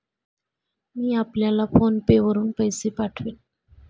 मी आपल्याला PhonePe वरुन पैसे पाठवीन